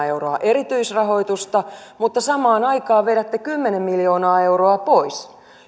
euroa erityisrahoitusta mutta samaan aikaan vedätte kymmenen miljoonaa euroa pois